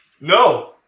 No